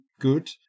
good